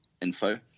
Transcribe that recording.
info